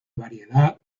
variedad